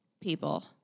people